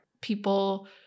people